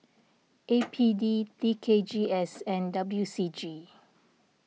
A P D T K G S and W C G